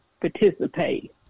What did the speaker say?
participate